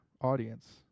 audience